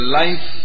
life